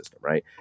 right